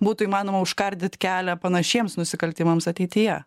būtų įmanoma užkardyt kelią panašiems nusikaltimams ateityje